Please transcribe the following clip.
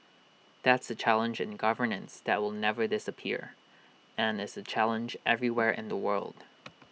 that's A challenge in governance that will never disappear and is A challenge everywhere in the world